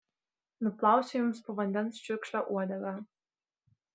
nuplausiu jums po vandens čiurkšle uodegą